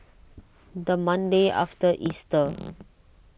the Monday after Easter